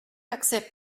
accept